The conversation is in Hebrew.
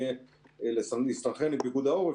יהיה להסתנכרן עם פיקוד העורף,